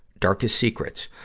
darkest secrets?